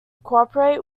cooperate